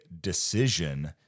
decision